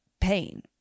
pain